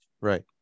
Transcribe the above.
Right